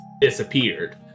disappeared